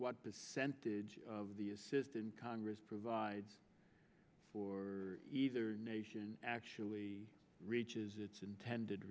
what percentage of the assistant congress provides for either nation actually reaches its intended